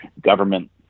government